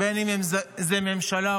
אם זו ממשלה,